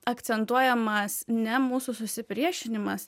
akcentuojamas ne mūsų susipriešinimas